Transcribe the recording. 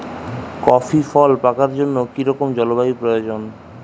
Coffee ফল পাকার জন্য কী রকম জলবায়ু প্রয়োজন?